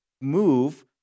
move